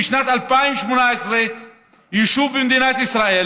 בשנת 2018 יישוב במדינת ישראל